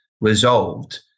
resolved